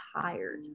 tired